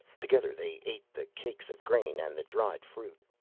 together they ate the cakes of grain and the dried fruit.